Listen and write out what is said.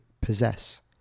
possess